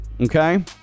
okay